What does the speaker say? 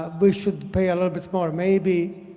ah we should pay a little bit more maybe